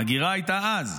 ההגירה הייתה אז,